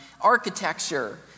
architecture